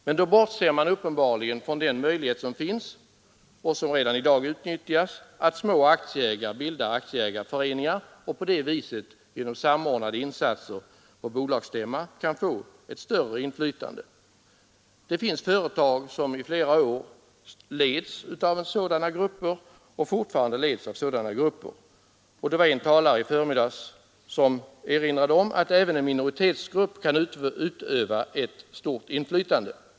Men då bortser man uppenbarligen från den möjlighet som finns och redan i dag utnyttjas, att små aktieägare bildar aktieägarföreningar och på så sätt genom samlade insatser på bolagsstämmor kan få större inflytande. Det finns företag som sedan flera år leds av sådana grupper. En talare i förmiddags erinrade om att även en minoritetsgrupp kan utöva ett stort inflytande.